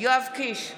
יואב קיש,